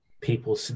people